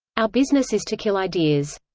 our business is to kill ideas.